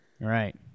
right